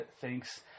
thinks